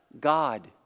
God